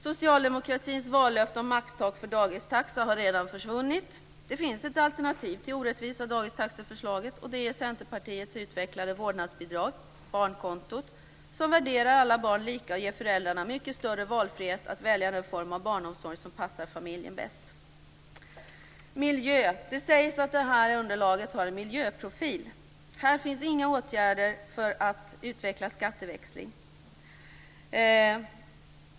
Socialdemokratins vallöfte om ett tak för dagistaxan har redan försvunnit. Det finns ett alternativ till det orättvisa dagistaxeförslaget. Det är Centerpartiets utvecklade vårdnadsbidrag, barnkontot, som värderar alla barn lika och ger föräldrarna mycket större valfrihet att välja den form av barnomsorg som passar familjen bäst. Vidare gäller det miljön. Det sägs att underlaget har en miljöprofil. Här finns inga åtgärder för att utveckla skatteväxling.